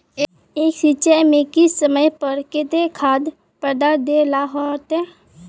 एक सिंचाई में किस समय पर केते खाद पदार्थ दे ला होते?